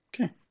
Okay